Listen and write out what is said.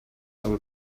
aber